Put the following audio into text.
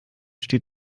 steht